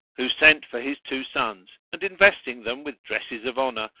who sent for his two sons and, investing them with dresses of honour,